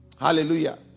hallelujah